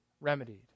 remedied